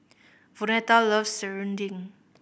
Vonetta loves Serunding